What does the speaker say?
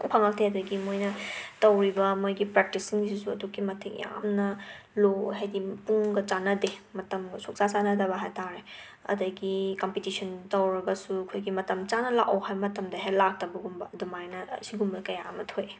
ꯐꯪ ꯐꯉꯛꯇꯦ ꯑꯗꯒꯤ ꯃꯣꯏꯅ ꯇꯧꯔꯤꯕ ꯃꯣꯏꯒꯤ ꯄ꯭ꯔꯦꯛꯇꯤꯁ ꯁꯤꯡꯁꯤꯁꯨ ꯑꯗꯨꯛꯀꯤ ꯃꯇꯤꯛ ꯌꯥꯝꯅ ꯂꯣ ꯍꯥꯏꯗꯤ ꯄꯨꯡꯒ ꯆꯥꯅꯗꯦ ꯃꯇꯝꯒ ꯁꯨꯛꯆꯥ ꯆꯥꯅꯗꯕ ꯍꯥꯏꯇꯥꯔꯦ ꯑꯗꯒꯤ ꯀꯝꯄꯤꯇꯤꯁꯟ ꯇꯧꯔꯒꯁꯨ ꯑꯈꯣꯏꯒꯤ ꯃꯇꯝ ꯆꯥꯅ ꯂꯥꯛꯑꯣ ꯍꯥꯏꯕ ꯃꯇꯝꯗ ꯍꯦꯛ ꯂꯥꯛꯇꯕꯒꯨꯝꯕ ꯑꯗꯨꯃꯥꯏꯅ ꯁꯤꯒꯨꯝꯕ ꯀꯌꯥ ꯑꯃ ꯊꯣꯛꯑꯦ